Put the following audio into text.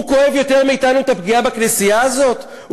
הוא כואב יותר מאתנו את הפגיעה בכנסייה הזאת?